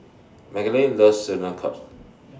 Magdalene loves Sauerkraut